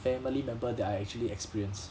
family member that I actually experienced